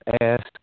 ask